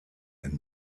and